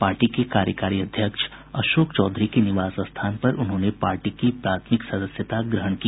party के कार्यकारी अध्यक्ष अशोक चौधरी के निवास स्थान पर उन्होंने पार्टी की प्राथमिकत सदस्यता ग्रहण की